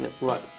right